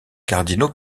cardinaux